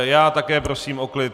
Já také prosím o klid!